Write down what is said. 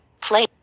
play